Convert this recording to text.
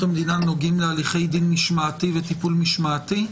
המדינה נוגע להליכי דין משמעתי וטיפול משמעתי?